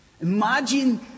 Imagine